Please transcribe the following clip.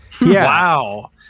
Wow